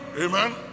Amen